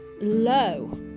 low